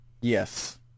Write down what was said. Yes